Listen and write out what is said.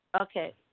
okay